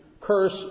Curse